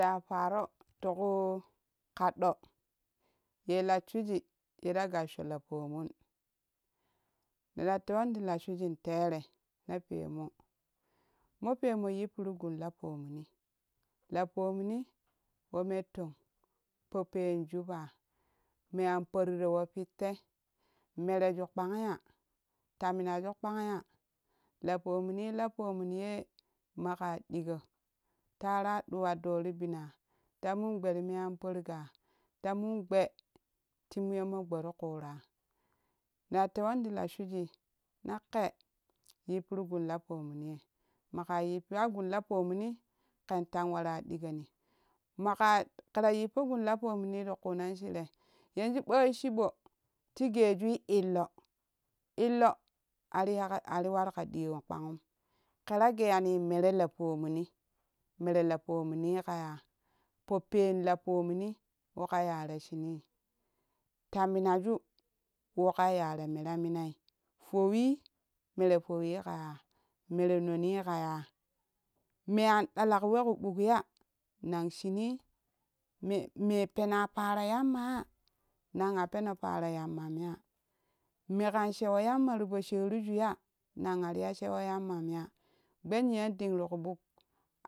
Nee ru za paro tiku kaɗɗo ye lashuji yera gassho lapomun nera tewani di lashuji tere na pemu mo pamo jipporu gun lapomuni lapomumi wo meri tong po penjupa mean pooriro wo pette mereju kpan yaa ta minaju kpan ya laponuni lapomun ye maka digo tara ɗuwa ɗoo ri binoo tara min gbaa ti me me'an pori gaa ta min gbee to me gbee ti kuraa na tewani ti lashuji nake yipporu gim lashuji maka yippa gum lapomuni kenta wara digoni maka kera yippogum kupomuni ti kunen shire yanzu ɓoi chiɓo tigeju illa illa ari war ka miyon kpanum kera geyani mere la pomuni merelapo ni kaza popen lapomuni kayap ra shani ta minaju wo kayi ta me ra minai foowi mere foowing ka ya mere noni kaya? Mean ɗalak we kubuk ya nan shinii me me pena paro yammaza nan a peno para yamman ya me kanshewo yamma tipo sheri jaza nan ariya shewo yamman yar gbee niyon ding ti ku buk